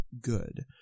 good